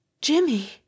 Jimmy